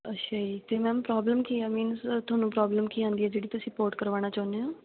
ਅੱਛਾ ਜੀ ਅਤੇ ਮੈਮ ਪ੍ਰੋਬਲਮ ਕੀ ਆ ਮੀਨਸ ਤੁਹਾਨੂੰ ਪ੍ਰੋਬਲਮ ਕੀ ਆਉਂਦੀ ਹੈ ਜਿਹੜੀ ਤੁਸੀਂ ਪੋਰਟ ਕਰਵਾਉਣਾ ਚਾਹੁੰਦੇ ਹੋ